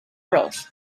bros